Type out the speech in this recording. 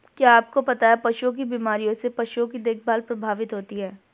क्या आपको पता है पशुओं की बीमारियों से पशुओं की देखभाल प्रभावित होती है?